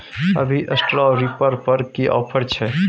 अभी straw reaper पर की ऑफर छै?